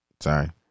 Sorry